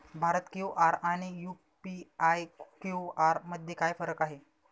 Bharat QR आणि UPI QR मध्ये काय फरक आहे?